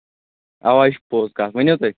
اَوا یہِ چھِ پوٚز کَتھ ؤنِو تُہۍ